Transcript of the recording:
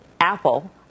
Apple